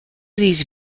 these